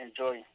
enjoy